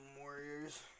Warriors